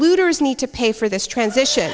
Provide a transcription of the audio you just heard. uters need to pay for this transition